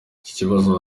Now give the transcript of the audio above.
kibazo